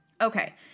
Okay